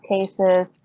cases